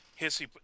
hissy